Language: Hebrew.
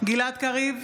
גלעד קריב,